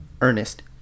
Ernest